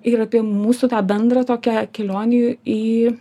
ir apie mūsų tą bendrą tokią kelionę į